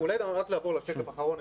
אולי רק לעבור לשקף האחרון,